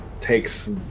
takes